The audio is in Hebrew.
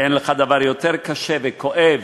ואין לך דבר יותר קשה וכואב